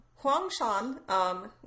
Huangshan